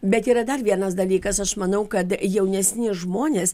bet yra dar vienas dalykas aš manau kad jaunesni žmonės